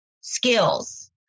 skills